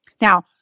Now